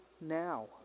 now